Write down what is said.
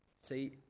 See